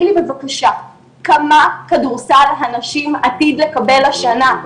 לי בבקשה כמה כדורסל הנשים עתיד לקבל השנה.